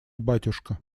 батюшка